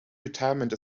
retirement